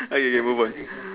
okay K move on